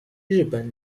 日本